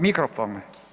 Mikrofon.